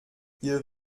ihr